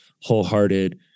wholehearted